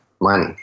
money